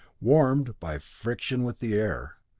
warmed by friction with the air,